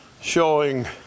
showing